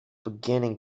beginning